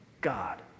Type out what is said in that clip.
God